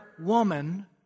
Woman